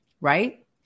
right